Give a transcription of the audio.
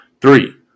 Three